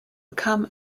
become